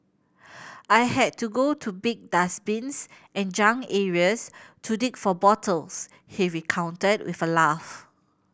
I had to go to big dustbins and junk areas to dig for bottles he recounted with a laugh